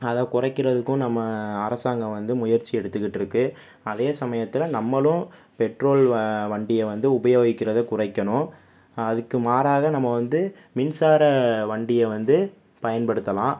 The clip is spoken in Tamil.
அதை குறைக்கிறதுக்கும் நம்ம அரசாங்கம் வந்து முயற்சி எடுத்துக்கிட்டு இருக்கு அதே சமயத்தில் நம்மளும் பெட்ரோல் வ வண்டியை வந்து உபயோகிக்கிறதை குறைக்கணும் அ அதுக்கு மாற்றாக நம்ம வந்து மின்சார வண்டியை வந்து பயன்படுத்தலாம்